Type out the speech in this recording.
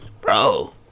Bro